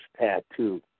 tattoo